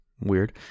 Weird